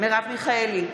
מרב מיכאלי,